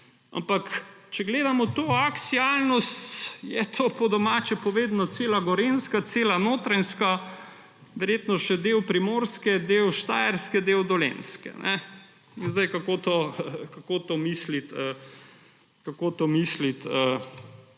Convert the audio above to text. Ampak če gledamo to aksialno, je to, po domače povedano, cela Gorenjska, cela Notranjska, verjetno še del Primorske, del Štajerske, del Dolenjske. In zdaj, kako to misliti regionalno?